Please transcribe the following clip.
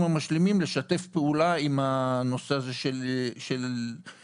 המשלימים לשתף פעולה עם הנושא הזה של הקרן.